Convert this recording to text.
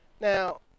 Now